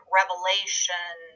revelation